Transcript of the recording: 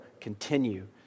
continue